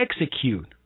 execute